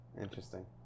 interesting